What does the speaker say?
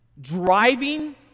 Driving